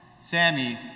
Sammy